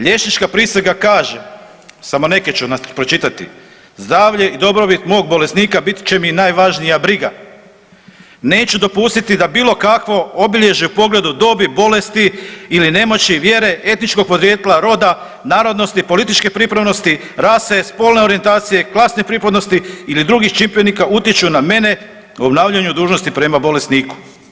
Liječnička prisega kaže, samo neke ću pročitati, zdravlje i dobrobit mog bolesnika bit će mi najvažnija briga, neću dopustiti da bilo kakvo obilježje pogledu, dobi, bolesti ili nemoći, vjere, etničkog podrijetla, roda, narodnosti, političke pripadnosti, rase, spolne orijentacije, klasne pripadnosti ili drugih čimbenika utječu na mene u obnavljanju dužnosti prema bolesniku.